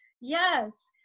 Yes